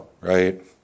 Right